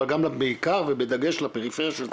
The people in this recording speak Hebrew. אבל בעיקר ובדגש לפרפריה,